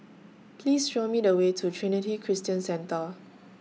Please Show Me The Way to Trinity Christian Centre